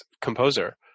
composer